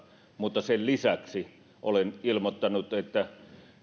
mutta sen lisäksi olen ilmoittanut että myös